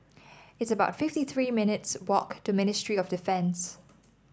it's about fifty three minutes' walk to Ministry of Defence